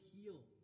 heal